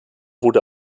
wurde